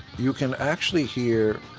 you can actually hear